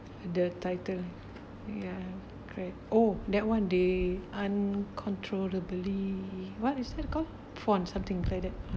the title ya correct oh that one day uncontrollably what is that call forty something like that